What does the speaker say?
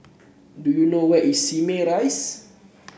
do you know where is Simei Rise